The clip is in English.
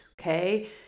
okay